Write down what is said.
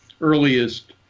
earliest